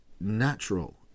natural